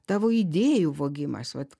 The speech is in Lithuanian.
tavo idėjų vogimas vat